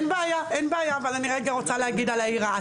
אין בעיה, אבל אני רוצה להגיד על העיר רהט.